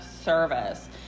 service